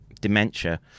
dementia